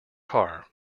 car